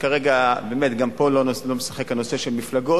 פה לא משחק הנושא של מפלגות.